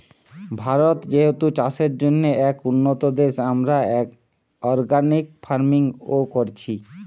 ভারত যেহেতু চাষের জন্যে এক উন্নতম দেশ, আমরা অর্গানিক ফার্মিং ও কোরছি